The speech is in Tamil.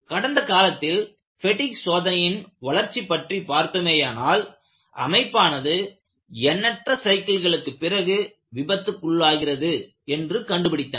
கடந்த காலத்தில் பெடிக் சோதனையின் வளர்ச்சி பற்றி பார்த்தோமேயானால் அமைப்பானது எண்ணற்ற சைக்கிள்களுக்கு பிறகு விபத்துக்குளாகிறது என்று கண்டுபிடித்தனர்